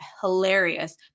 hilarious